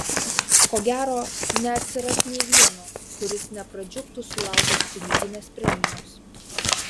ko gero neatsiras nė vieno kuris nepradžiugtų sulaukęs piniginės premijos